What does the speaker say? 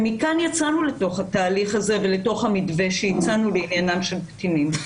כאן יצאנו לתוך התהליך הזה ולתוך המתווה שהצענו בעניינם של קטינים.